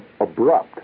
abrupt